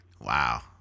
Wow